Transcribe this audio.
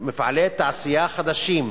מפעלי תעשייה חדשים.